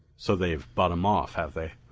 so they've bought him off, have they?